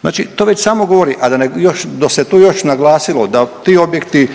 znači to već samo govori, a da se tu još naglasilo da ti objekti